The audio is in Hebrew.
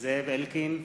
זאב אלקין,